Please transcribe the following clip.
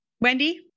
Wendy